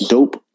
Dope